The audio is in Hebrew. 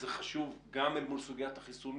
זה חשוב גם אל מול סוגיית החיסונים.